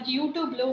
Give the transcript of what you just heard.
YouTube